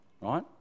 right